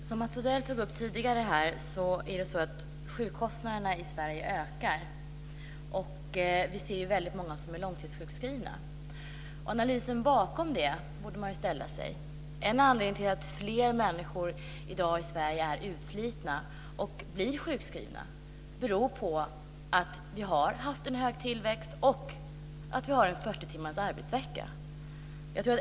Fru talman! Som Mats Odell tidigare tog upp ökar sjukvårdskostnaderna i Sverige, och vi har många långtidssjukskrivna. Vi borde fråga oss vad det beror på. En bakgrund till att fler människor i Sverige i dag blir utslitna och sjukskrivna är att vi har haft en hög tillväxt och har 40 timmars arbetsvecka.